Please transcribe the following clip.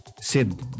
Sid